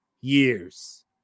years